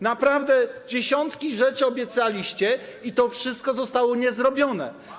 Naprawdę dziesiątki rzeczy obiecaliście i to wszystko zostało niezrobione.